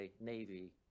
Navy